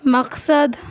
مقصد